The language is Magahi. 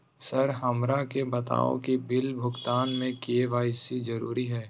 सर हमरा के बताओ कि बिल भुगतान में के.वाई.सी जरूरी हाई?